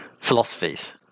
philosophies